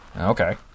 Okay